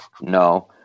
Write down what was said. No